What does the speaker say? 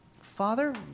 Father